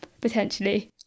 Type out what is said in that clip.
potentially